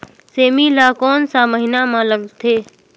सेमी ला कोन सा महीन मां लगथे?